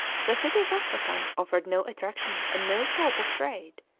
the city of astrakan offered no attractions and no hope of trade,